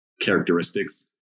characteristics